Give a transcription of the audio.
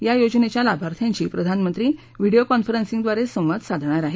या योजनेच्या लाभार्थ्यांशी प्रधानमंत्री व्हिडीओ कॉन्फरन्सिंगद्वारे संवाद साधणार आहेत